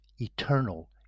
eternal